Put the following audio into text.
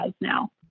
now